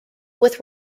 with